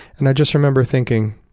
and i just remember thinking,